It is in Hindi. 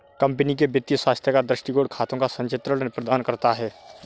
कंपनी के वित्तीय स्वास्थ्य का दृष्टिकोण खातों का संचित्र प्रदान करता है